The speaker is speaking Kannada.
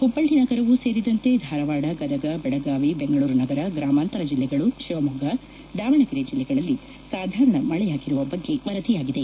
ಹುಬ್ಲಳ್ಳಿ ನಗರವೂ ಸೇರಿದಂತೆ ಧಾರವಾಡ ಗದಗ ಬೆಳಗಾವಿ ಬೆಂಗಳೂರು ನಗರ ಗ್ರಾಮಾಂತರ ಜಿಲ್ಲೆಗಳು ಶಿವಮೊಗ್ಗ ದಾವಣಗೆರೆ ಜಿಲ್ಲೆಗಳಲ್ಲಿ ಸಾಧಾರಣ ಮಳೆಯಾಗಿರುವ ಬಗ್ಗೆ ವರದಿಯಾಗಿದೆ